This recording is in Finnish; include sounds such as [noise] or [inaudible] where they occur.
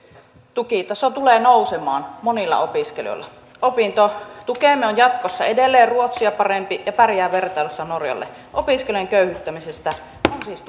tukitaso tulee nousemaan monilla opiskelijoilla opintotukemme on jatkossa edelleen ruotsia parempi ja pärjää vertailussa norjalle opiskelijan köyhdyttämisestä on siis [unintelligible]